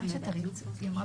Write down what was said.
לא.